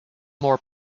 more